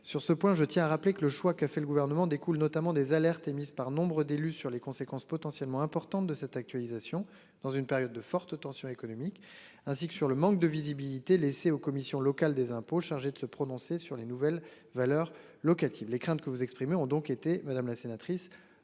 sur ce point je tiens à rappeler que le choix qu'a fait le gouvernement découlent notamment des alertes émises par nombre d'élus sur les conséquences potentiellement importante de cette actualisation dans une période de fortes tensions économiques ainsi que sur le manque de visibilité laissée aux commissions locales des impôts chargée de se prononcer sur les nouvelles valeurs locatives les craintes que vous exprimez ont donc été madame la sénatrice,